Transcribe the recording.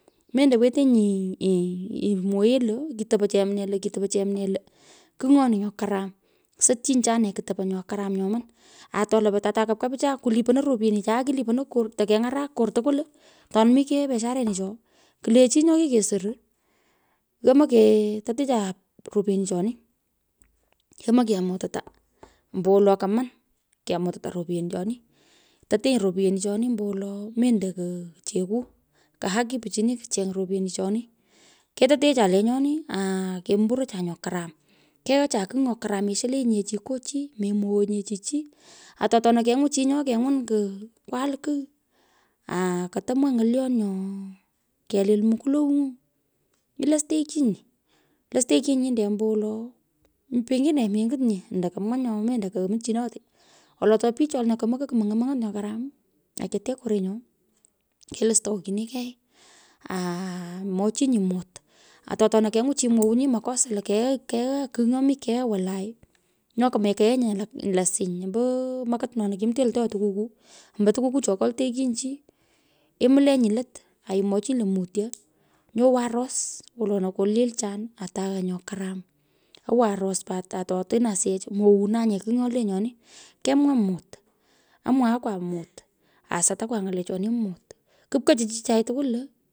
Mendo wetenyi imwoghee to kitopo chemnee lo kigh nyoni nyo karam, isotyinyi, achane kutopo nyo karam nyoman, ate to lapai ata kapka pichaye kiliponoi: ropyenichae kiliponoi, kor takeng’arak ker tukwul tona mikeoi biasharanicho kule chi, nyo kikesoro, yomoi ketetecha ropyenichoni, yomoi, kemutouta ombowolo ko man kemututa ropyenichoni. Totenyi. ropyenichoni; ombowolo mendo ko cheku, ko huki pichini kucheng repyenichon ketotecha lenyoni aa kemburocha nyo karam, keacha kigh nyo karam mesholenyinye chi ngo chi, menwoghonye chi chi. Ato atona kenywon chi nyo ko kwal kigh, aa katomwaa ny’olyon nyoo kelil mukuloung'a, ilosteichinyi, ilosteichinyi: nyinde ombowolo, pergine mengut nye ando komwaa nyo mendo ko mchinote wolo to pich chona mokai kumong'ei, mong’ot nyo karam, aketek korenyo, kelostoghchini kei, aa mwochinyi, mut. Ato atona kenywun mwonyi. chi makosa lo keo kigh nyomi, wolai nyo komokea nye lo siny ombo makit nona kemitenyi olteoi tukukuu. ombo turukuu cho kolteichinyi, chi, imuleny lot aimwochinyi, lo mutyo nyo wan ros wolona kolelchan ataghan nyo karam, owan ros pat ato teno asiyech, muounanye kigh nyole nyoni, kemwaa mut, amwaghakwa mut, asatakwa ng’alechoni mut, kupkochi chichai tukwul lo.